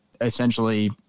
essentially